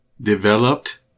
Developed